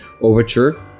overture